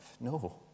No